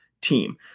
team